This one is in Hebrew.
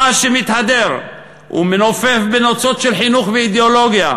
אתה, שמתהדר ומנופף בנוצות של חינוך ואידיאולוגיה,